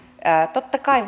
totta kai